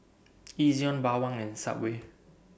Ezion Bawang and Subway